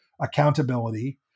accountability